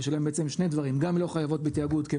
יש עליהן שני דברים: הן גם לא חייבות בתיאגוד כי הן